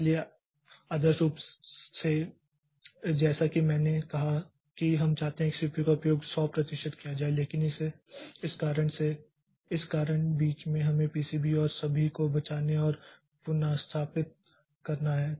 इसलिए आदर्श रूप में जैसा कि मैंने कहा कि हम चाहते हैं कि सीपीयू का उपयोग 100 प्रतिशत किया जाए लेकिन इस कारण से कि इस बीच हमें इन पीसीबी और सभी को बचाने और पुनर्स्थापित करना है